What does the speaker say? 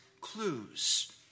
clues